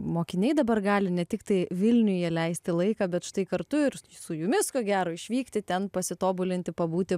mokiniai dabar gali ne tiktai vilniuje leisti laiką bet štai kartu ir su jumis ko gero išvykti ten pasitobulinti pabūti